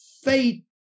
faith